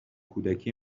کودکی